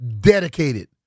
dedicated